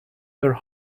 their